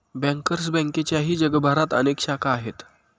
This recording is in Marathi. बँकर्स बँकेच्याही जगभरात अनेक शाखा आहेत